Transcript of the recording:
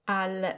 al